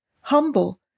Humble